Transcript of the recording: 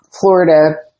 Florida